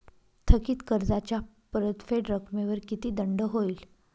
थकीत कर्जाच्या परतफेड रकमेवर किती दंड होईल?